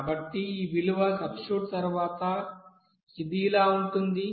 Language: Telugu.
కాబట్టి ఈ విలువ సబ్స్టిట్యూట్ తర్వాత ఇది ఇలా ఉంటుంది